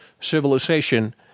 civilization